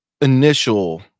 initial